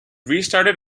restarted